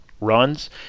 runs